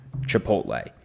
Chipotle